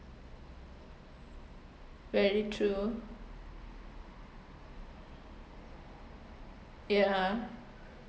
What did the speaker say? very true yeah